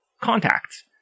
contacts